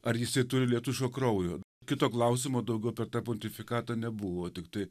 ar jisai turi lietuviško kraujo kito klausimo daugiau per tą pontifikatą nebuvo tiktai